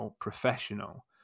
professional